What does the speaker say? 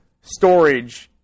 storage